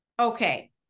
Okay